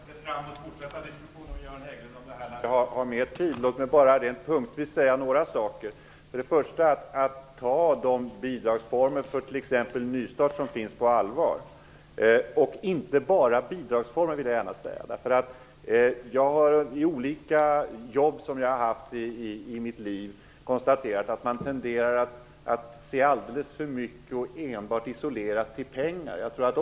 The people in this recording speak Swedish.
Herr talman! Jag ser fram emot fortsatta diskussioner med Göran Hägglund om detta när vi har mer tid. Låt mig bara rent punktvis säga några saker. Det är viktigt att ta de bidragsformer för t.ex. nystart som finns på allvar. Jag vill gärna säga att det inte bara gäller bidragsformer. Jag har på olika jobb jag haft i mitt liv konstaterat att man tenderar att se alldeles för mycket och isolerat till pengar.